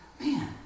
Man